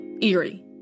eerie